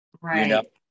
Right